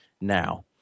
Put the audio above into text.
now